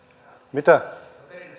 mitä